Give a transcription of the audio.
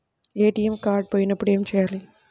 ATM card పోయినప్పుడు ఏమి చేయాలి?